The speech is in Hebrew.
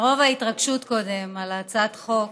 מרוב ההתרגשות קודם על הצעת החוק,